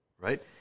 right